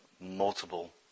multiple